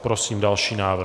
Prosím další návrh.